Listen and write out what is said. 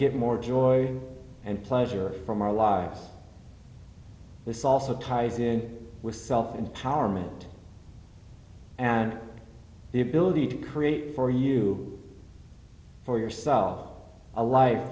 give more joy and pleasure from our lives this also tied in with self empowerment and the ability to create for you for yourself a life